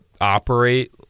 operate